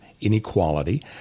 inequality